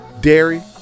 dairy